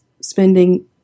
spending